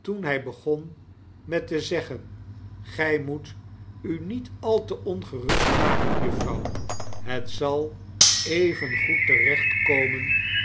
toen hij begon met te zeggen gij moet u niet al te ongerust maken juffrouw het zal evengoed te recht komen